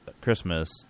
Christmas